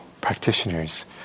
practitioners